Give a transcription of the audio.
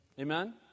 Amen